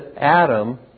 Adam